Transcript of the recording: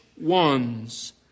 ones